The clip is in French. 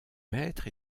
maître